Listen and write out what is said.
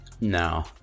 No